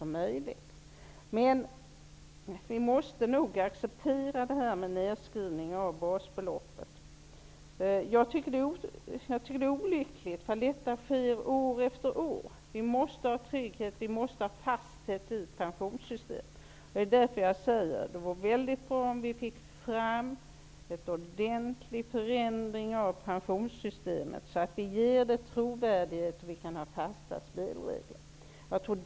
Men vi måste nog acceptera det här med en nedskrivning av basbeloppet. Jag tycker dock att det är olyckligt om detta sker år efter år. Vi måste ju ha en trygghet och fasthet i pensionssystemet. Därför säger jag att det vore väldigt bra om vi fick en ordentlig förändring av pensionssystemet som innebär trovärdighet och att vi kan ha fasta spelregler.